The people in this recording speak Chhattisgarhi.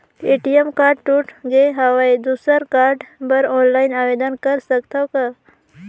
ए.टी.एम कारड टूट गे हववं दुसर कारड बर ऑनलाइन आवेदन कर सकथव का?